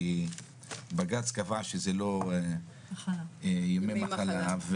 כי בג"צ קבע שזה לא ימי מחלה,